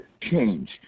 Change